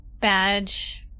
badge